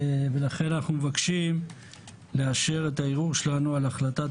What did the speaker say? לכן אנחנו מבקשים לאשר את הערעור שלנו על החלטת